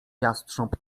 jastrząb